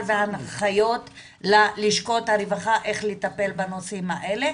והנחיות ללשכות הרווחה איך לטפל בנושאים האלה.